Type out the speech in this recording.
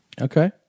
Okay